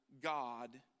God